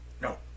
No